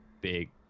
big